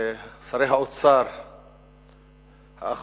ששרי האוצר האחרונים,